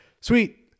sweet